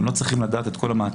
הם לא צריכים לדעת את כל המעטפת,